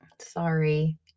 sorry